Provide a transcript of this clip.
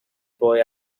boy